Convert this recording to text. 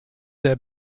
der